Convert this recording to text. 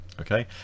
Okay